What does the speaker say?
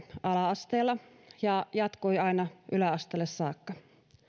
asteella ja jatkui aina yläasteelle saakka